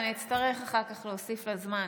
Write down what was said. אני אצטרך אחר כך להוסיף לה זמן.